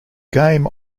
game